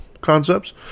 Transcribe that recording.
concepts